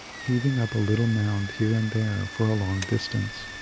heaving up a little mound here and there for a long distance.